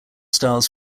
styles